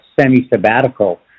semi-sabbatical